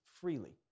freely